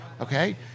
Okay